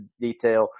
detail